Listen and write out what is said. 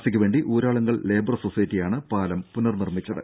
C ക്ക് വേണ്ടി Uralungal labour സൊസൈറ്റിയാണ് പാലം പുനർ നിർമ്മിച്ചത്